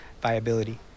viability